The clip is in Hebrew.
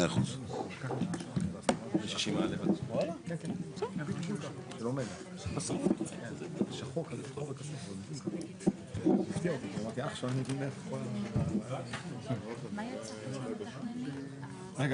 100%. אוקיי,